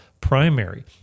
primary